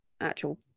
actual